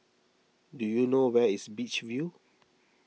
do you know where is Beach View